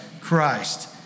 Christ